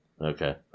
Okay